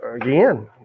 again